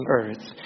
earth